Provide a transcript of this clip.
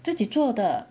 自己做的